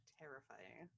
terrifying